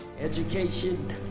Education